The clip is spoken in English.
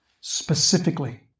specifically